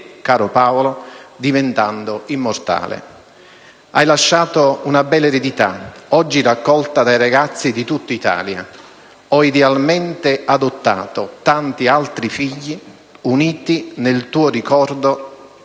caro Paolo, diventando immortale. Hai lasciato una bella eredità, oggi raccolta dai ragazzi di tutta Italia; ho idealmente adottato tanti altri figli, uniti nel tuo ricordo